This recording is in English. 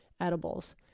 edibles